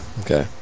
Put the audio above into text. Okay